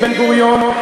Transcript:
את בן-גוריון,